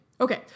Okay